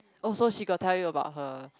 oh she got tell you about her